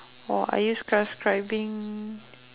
or are you subscribing